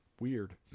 weird